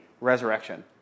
resurrection